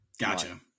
gotcha